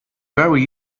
very